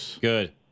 Good